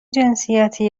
جنسیتی